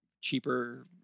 cheaper